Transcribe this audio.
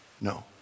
No